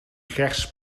gers